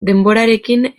denborarekin